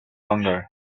hunger